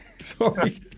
Sorry